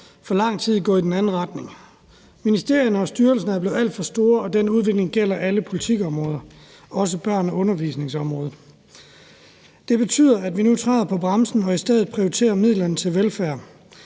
for lang tid er gået i den anden retning. Ministerierne og styrelserne er blevet alt for store, og den udvikling gælder alle politikområder, også børne- og undervisningsområdet. Det betyder, at vi nu træder på bremsen og i stedet prioriterer midlerne til velfærd